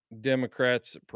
Democrats